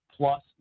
plus